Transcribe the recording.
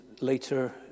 later